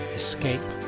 escape